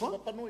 הסעיף הפנוי.